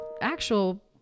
actual